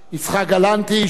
איש מפלגת הגמלאים,